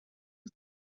بود